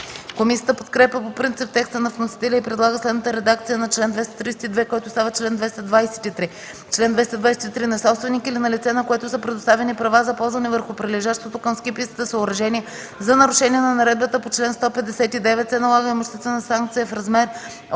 Комисията подкрепя по принцип текста на вносителя и предлага следната редакция на чл. 232, който става чл. 223: „Чл. 223. На собственик или на лице, на което са предоставени права за ползване върху прилежащото към ски пистата съоръжение, за нарушения на наредбата по чл. 159, се налага имуществена санкция в размер